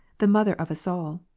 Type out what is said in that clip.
the mother of us all,